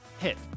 hit